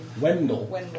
Wendell